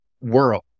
world